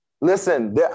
Listen